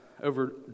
over